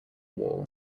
wall